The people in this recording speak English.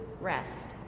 rest